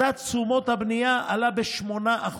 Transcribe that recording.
בשנה האחרונה מדד תשומות הבנייה עלה ב-8%,